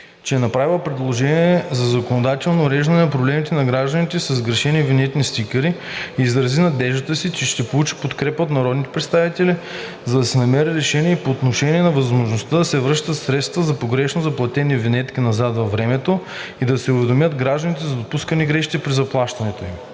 е направила предложение за законодателно уреждане на проблемите на гражданите със сгрешени винетни стикери и изрази надеждата си, че ще получи подкрепа от народните представители, за да се намери решение и по отношение на възможността да се връщат средствата за погрешно заплатени винетки назад във времето и да се уведомяват гражданите за допуснатите грешки при заплащането.